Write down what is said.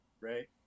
Right